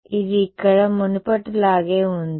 కాబట్టి ఇది ఇక్కడ మునుపటిలాగే ఉంది